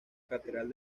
catedral